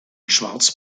schwarz